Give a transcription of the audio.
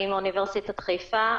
ואני מאוניברסיטת חיפה,